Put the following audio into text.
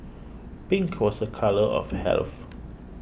pink was a colour of health